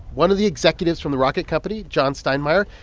one of the executives from the rocket company, john steinmeyer,